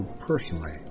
personally